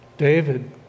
David